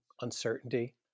uncertainty